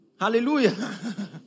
Hallelujah